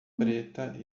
preta